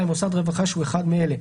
מוסד רווחה שהוא אחד מאלה: